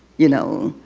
you know.